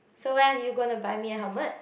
so when are you going to buy me a helmet